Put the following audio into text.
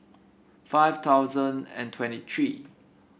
five thousand and twenty three